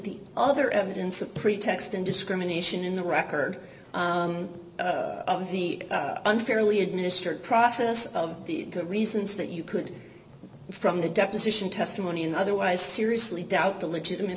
the other evidence of pretext and discrimination in the record of the unfairly administered process of the reasons that you could from the deposition testimony and otherwise seriously doubt the legitima